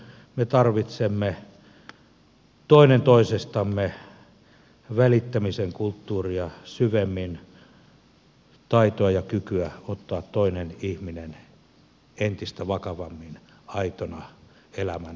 me tarvitsemme syvemmin toinen toisistamme välittämisen kulttuuria taitoa ja kykyä ottaa toinen ihminen entistä vakavammin aitona elämän lajikumppanina